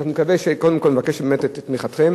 קודם כול נבקש באמת את תמיכתכם,